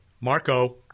Marco